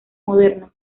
modernas